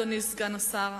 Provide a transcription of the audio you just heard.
אדוני סגן השר,